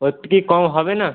ওর থেকে কম হবে না